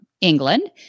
England